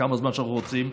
לכמה זמן שאנחנו רוצים,